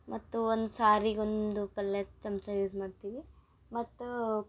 ಮತ್ತು ಒಂದು ಸಾರಿಗೊಂದು ಪಲ್ಯದ ಚಮಚ ಯೂಸ್ ಮಾಡ್ತೀವಿ ಮತ್ತು